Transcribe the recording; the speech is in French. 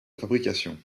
fabrication